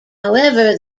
however